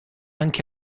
anche